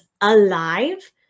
alive